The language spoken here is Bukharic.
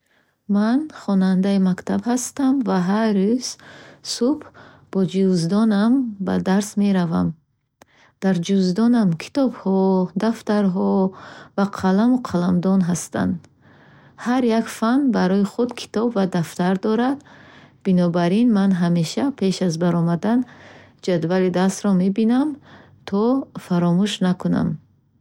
Ман хонандаи мактаб ҳастам ва ҳар рӯз субҳ бо ҷувздонам ба дарс меравам. Дар ҷувздонам китобҳо, дафтарҳо ва қаламу қаламдон ҳастанд. Ҳар як фан барои худ китоб ва дафтар дорад, бинобар ин ман ҳамеша пеш аз баромадан ҷадвали дарсҳоро мебинам, то фаромӯш накунам.